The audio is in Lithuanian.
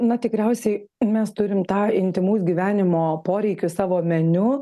na tikriausiai mes turim tą intymaus gyvenimo poreikius savo meniu